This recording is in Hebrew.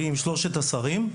ב-20.3 היה דיון עם שלושת השרים,